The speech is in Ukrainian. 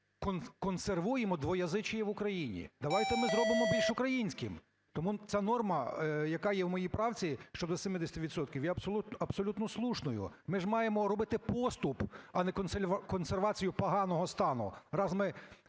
консервуємо двуязычие в Україні? Давайте ми зробимо більш українським. Тому ця норма, яка є в моїй правці, щодо 70 відсотків, є абсолютно слушною. Ми ж маємо робити поступ, а не консервацію поганого стану. Раз ми